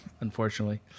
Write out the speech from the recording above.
Unfortunately